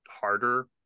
harder